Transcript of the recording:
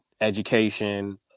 education